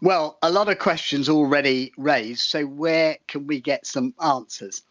well, a lot of questions already raised, so, where could we get some answers?